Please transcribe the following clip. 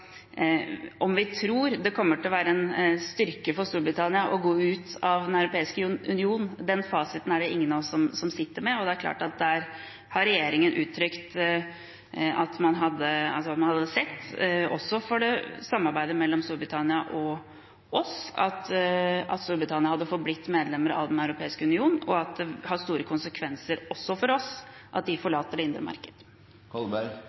om vi tror det kommer til å være en styrke for Storbritannia å gå ut av Den europeiske union, er det ingen av oss som sitter med den fasiten. Der har regjeringen uttrykt at man hadde sett, også for samarbeidet mellom Storbritannia og oss, at Storbritannia hadde forblitt medlem av Den europeiske union, og at det har store konsekvenser også for oss at de